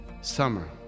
summer